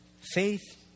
Faith